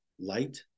light